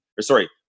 sorry